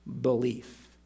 belief